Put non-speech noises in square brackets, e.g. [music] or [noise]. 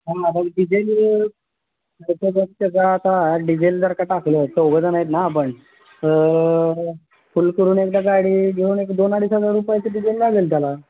[unintelligible] diesel [unintelligible] आता diesel जर का टाकलं चौघं जणं आहेत ना आपण फुल करून एकदा गाडी घेऊन एक दोन अडीच हजार रुपयाचं डिझेल लागेल त्याला